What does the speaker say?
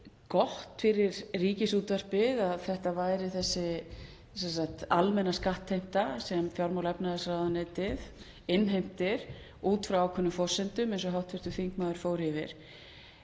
væri fyrir Ríkisútvarpið að það væri þessi almenna skattheimta sem fjármála- og efnahagsráðuneytið innheimtir út frá ákveðnum forsendum eins og hv. þingmaður fór yfir.